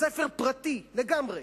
בית-ספר פרטי לגמרי.